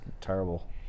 terrible